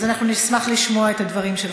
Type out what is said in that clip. אז נשמח לשמוע את הדברים שלך.